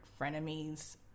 frenemies